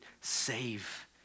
save